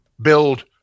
build